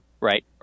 right